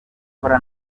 ukora